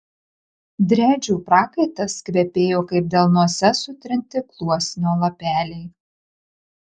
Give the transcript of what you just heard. driadžių prakaitas kvepėjo kaip delnuose sutrinti gluosnio lapeliai